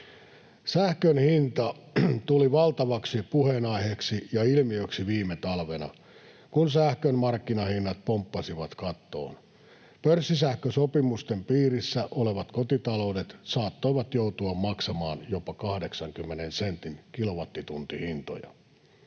Sähkön hinta tuli valtavaksi puheenaiheeksi ja ilmiöksi viime talvena, kun sähkön markkinahinnat pomppasivat kattoon. Pörssisähkösopimusten piirissä olevat kotitaloudet saattoivat joutua maksamaan jopa 80 sentin kilowattituntihintoja.